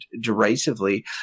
derisively